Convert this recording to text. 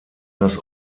das